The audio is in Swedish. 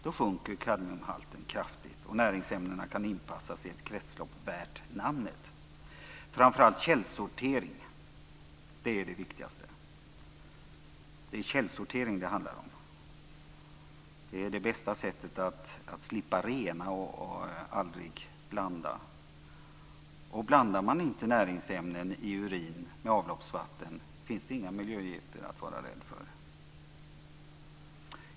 Då sjunker kadmiumhalten kraftigt, och näringsämnena kan inpassas i ett kretslopp värt namnet. Källsortering är allra viktigast. Bästa sättet att slippa rena är att aldrig blanda. Blandar man inte näringsämnen i urin med avloppsvatten finns det inga miljögifter att vara rädd för.